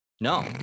no